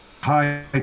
hi